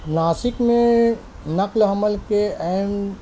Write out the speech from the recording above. ناسک میں نقل و حمل کے اہم